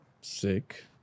Sick